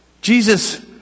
Jesus